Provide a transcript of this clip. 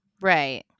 Right